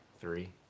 Three